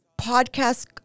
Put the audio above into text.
podcast